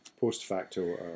Post-facto